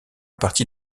partie